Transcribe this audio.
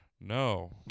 No